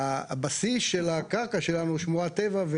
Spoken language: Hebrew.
והבסיס של הקרקע שלנו היא שמורת טבע,